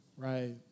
Right